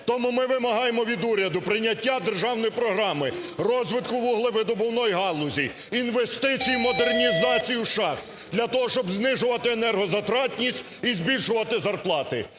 Тому ми вимагаємо від уряду прийняття державної програми розвитку вуглевидобувної галузі, інвестицій і модернізації шахт для того, щоб знижуватиенергозатратність і збільшувати зарплати!